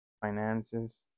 finances